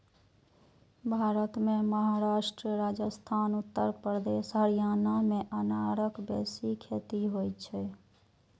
भारत मे महाराष्ट्र, राजस्थान, उत्तर प्रदेश, हरियाणा मे अनारक बेसी खेती होइ छै